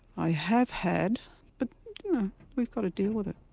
i have had but we've got to deal with it.